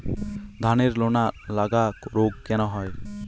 ধানের লোনা লাগা রোগ কেন হয়?